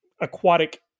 aquatic